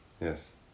Yes